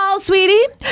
sweetie